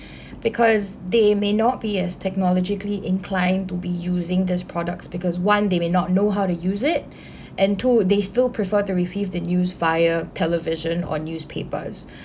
because they may not be as technologically inclined to be using these products because one they may not know how to use it and two they still prefer to receive the news via television or newspapers